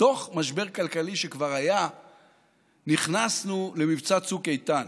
בתוך משבר כלכלי שכבר היה נכנסנו למבצע צוק איתן,